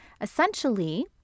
essentially